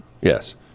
Yes